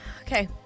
Okay